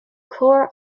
core